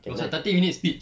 it was a thirty minutes speech